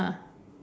ah